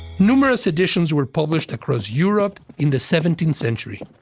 numerous editions were published across europe in the seventeenth century.